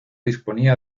disponía